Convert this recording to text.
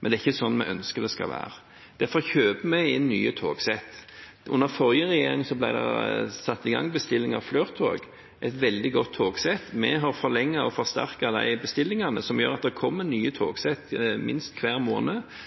Men det er ikke sånn vi ønsker at det skal være. Derfor kjøper vi inn nye togsett. Under forrige regjering ble det satt i gang bestillinger av Flirt-tog – et veldig godt togsett. Vi har forlenget og forsterket disse bestillingene, som gjør at det minst hver måned kommer nye togsett